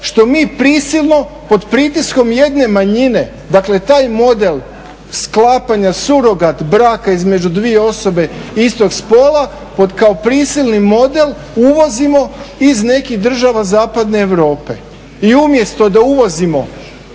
što mi prisilno pod pritiskom jedne manjine. Dakle, taj model sklapanja surogat braka između dvije osobe istog spola pod kao prisilni model uvozimo iz nekih država zapadne Europe. I umjesto da uvozimo